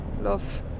love